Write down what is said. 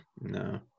No